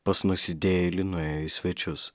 pas nusidėjėlį nuėjo į svečius